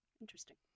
Interesting